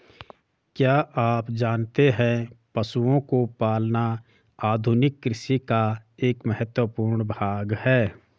क्या आप जानते है पशुओं को पालना आधुनिक कृषि का एक महत्वपूर्ण भाग है?